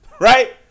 right